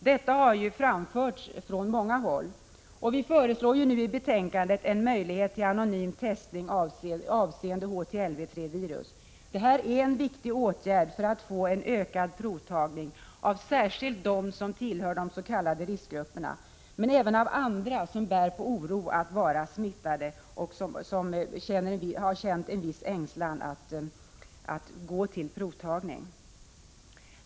Detta har framförts från många håll, och i betänkandet föreslås nu en möjlighet till anonym testning avseende HTLV-III-virus. Det är en viktig åtgärd för att provtagningen skall öka, särskilt bland dem som tillhör de s.k. riskgrupperna men även hos andra som bär på oro för att vara smittade och har känt ängslan för att gå till provtagning.